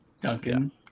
duncan